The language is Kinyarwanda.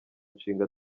nshinga